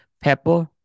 pepper